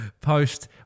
post